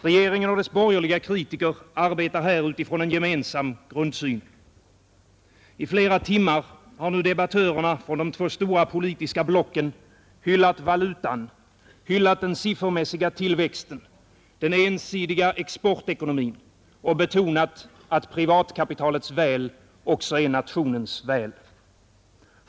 Regeringen och dess borgerliga kritiker arbetar här utifrån en gemensam grundsyn. I flera timmar har nu debattörerna från de två stora politiska blocken hyllat valutan, hyllat den siffermässiga tillväxten, den ensidiga exportekonomin och betonat att privatkapitalets väl också är nationens väl.